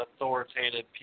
authoritative